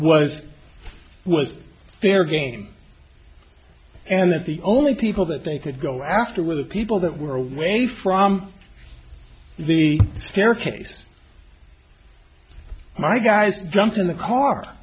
was was fair game and that the only people that they could go after were the people that were away from the staircase my guys jumped in the car